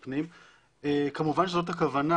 כמובן, זו הכוונה.